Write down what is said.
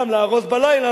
גם להרוס בלילה,